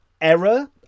error